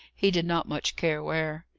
he did not much care where.